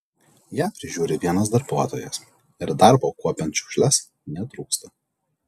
ją prižiūri vienas darbuotojas ir darbo kuopiant šiukšles netrūksta